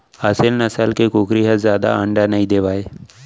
असेल नसल के कुकरी ह जादा अंडा नइ देवय